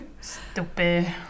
Stupid